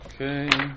Okay